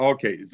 Okay